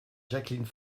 jacqueline